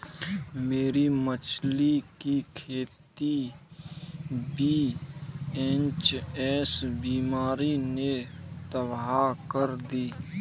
मेरी मछली की खेती वी.एच.एस बीमारी ने तबाह कर दी